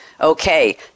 Okay